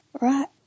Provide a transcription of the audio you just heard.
right